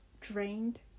drained